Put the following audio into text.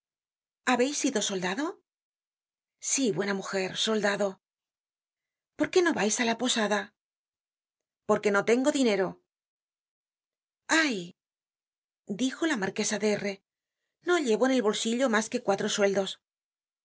habeis sido soldado sí buena mujer soldado por qué no vais á la posada porque no tengo dinero ay dijola marquesa de r no llevo en el bolsillo mas que cuatro sueldos